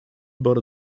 bought